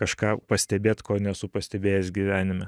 kažką pastebėt ko nesu pastebėjęs gyvenime